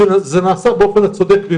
זה לא גורף בכלל.